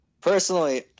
personally